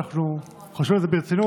אנחנו חושבים על זה ברצינות,